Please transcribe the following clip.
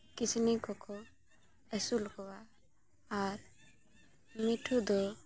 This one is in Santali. ᱠᱤᱥᱱᱤ ᱠᱚᱠᱚ ᱟᱹᱥᱩᱞ ᱠᱚᱣᱟ ᱟᱨ ᱢᱤᱴᱷᱩ ᱫᱚ